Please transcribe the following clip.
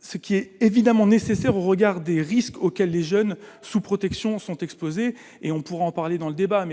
ce qui est évidemment nécessaire au regard des risques auxquels les jeunes sous protection sont exposés et on pourra en parler dans le débat,